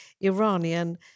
Iranian